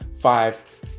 five